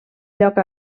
lloc